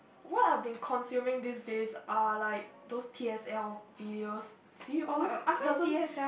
what I've been consuming these days are like those T_S_L videos see all those doesn't